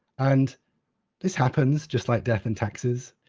and this happens, just like death and taxes.